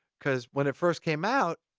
cause when it first came out,